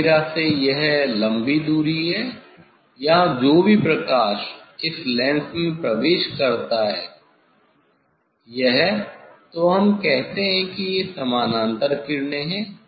अलमीरा से यह लंबी दूरी है यहाँ जो भी प्रकाश इस लेंस में प्रवेश करता है यह तो हम कहते हैं कि ये समानांतर किरणें हैं